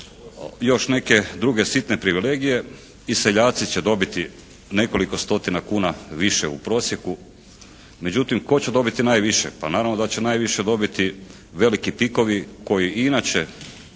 još neke druge sitne privilegije, i seljaci će dobiti nekoliko stotina kuna više u prosjeku, međutim tko će dobiti najviše? Pa naravno da će najviše dobiti veliki …/Govornik se